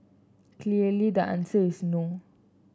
clearly the answer is no